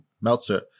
Meltzer